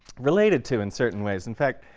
related to in certain ways. in fact,